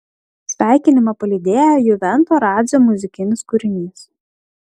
sveikinimą palydėjo juvento radzio muzikinis kūrinys